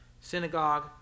synagogue